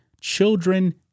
Children